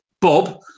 Bob